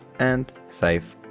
and save